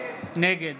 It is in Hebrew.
נגד